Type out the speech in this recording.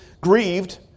grieved